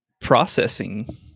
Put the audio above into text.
processing